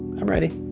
i'm ready.